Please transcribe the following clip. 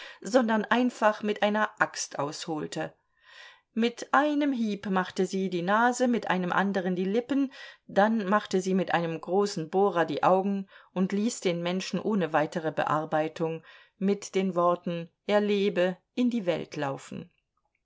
sondern einfach mit einer axt ausholte mit einem hieb machte sie die nase mit einem anderen die lippen dann machte sie mit einem großen bohrer die augen und ließ den menschen ohne weitere bearbeitung mit den worten er lebe in die welt laufen